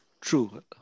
True